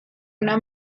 una